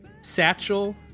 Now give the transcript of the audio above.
Satchel